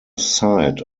side